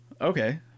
Okay